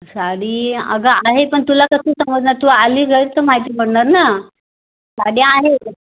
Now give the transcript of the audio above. साडी अगं आहे पण तुला कसं समजणार तू आली जर तर माहिती पडणार ना साडी आहे